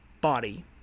body